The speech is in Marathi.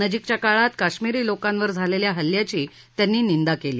नजीकच्या काळात कश्मीरी लोकांवर झालेल्या हल्ल्याची त्यांनी निंदा केली